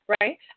Right